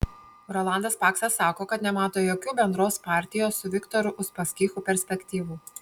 rolandas paksas sako kad nemato jokių bendros partijos su viktoru uspaskichu perspektyvų